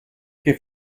che